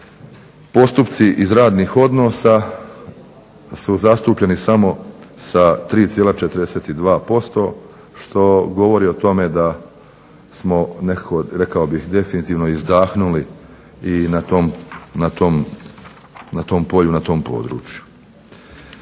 postupci iz radnih odnosa su zastupljeni samo sa 3,42% što govori o tome da smo nekako rekao bih definitivno izdahnuli i na tom polju, na tom području.